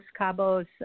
Cabos